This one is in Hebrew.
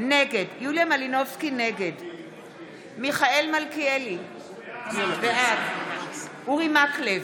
נגד מיכאל מלכיאלי, בעד אורי מקלב,